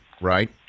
right